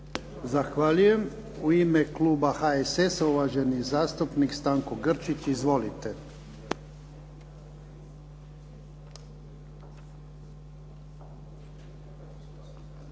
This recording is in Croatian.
Zahvaljujem. U ime Kluba HSS-a uvaženi zastupnik Stanko Grčić. Izvolite.